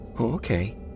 Okay